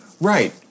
Right